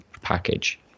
package